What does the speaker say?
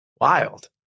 Wild